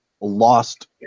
lost